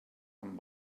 amb